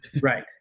Right